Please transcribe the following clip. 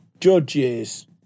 judges